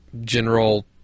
general